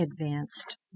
advanced